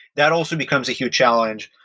that also becomes a huge challenge.